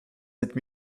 êtes